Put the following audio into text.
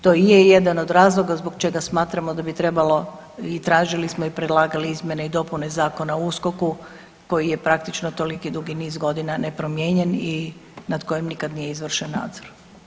To i je jedan od razloga zbog čega smatramo da bi trebalo i tražili smo i predlagali izmjene i dopune Zakona o USKOK-u koji je praktično toliki dugi niz godina nepromijenjen i nad kojim nikad nije izvršen nadzor.